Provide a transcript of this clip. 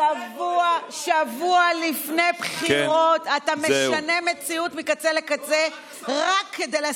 שבוע לפני בחירות אתה משנה מציאות מקצה לקצה רק כדי,